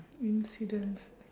incidents